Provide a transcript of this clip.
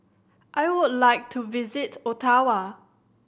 I would like to visit Ottawa